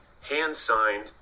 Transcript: hand-signed